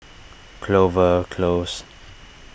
Clover Close